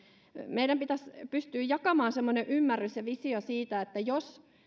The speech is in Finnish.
meidän pitäisi pystyä jakamaan semmoinen ymmärrys ja visio siitä että jos